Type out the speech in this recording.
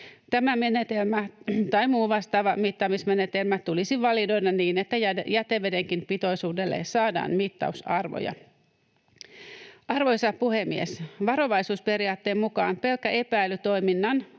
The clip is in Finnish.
Tämä menetelmä tai muu vastaava mittaamismenetelmä tulisi validoida niin, että jätevedenkin pitoisuudelle saadaan mittausarvoja. Arvoisa puhemies! Varovaisuusperiaatteen mukaan pelkkä epäily toiminnan